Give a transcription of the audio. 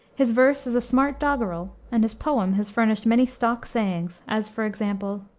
his verse is a smart doggerel, and his poem has furnished many stock sayings, as, for example,